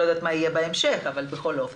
אני לא יודעת מה יהיה בהמשך אבל בכל אופן.